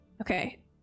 Okay